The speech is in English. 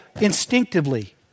instinctively